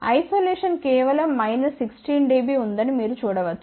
isolation కేవలం 16 dB ఉందని మీరు చూడవచ్చు